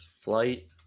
Flight